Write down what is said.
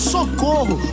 Socorro